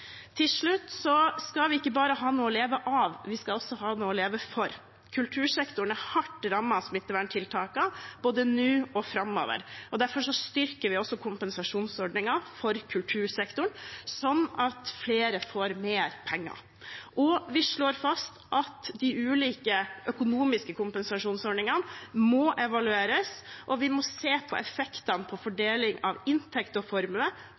Til slutt: Vi skal ikke bare ha noe å leve av, vi skal også ha noe å leve for. Kultursektoren er hardt rammet av smitteverntiltakene, både nå og framover. Derfor styrker vi også kompensasjonsordningen for kultursektoren, slik at flere får mer penger. Vi slår også fast at de ulike økonomiske kompensasjonsordningene må evalueres, og vi må se på effektene av fordeling av inntekt og formue,